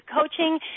coaching